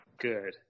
good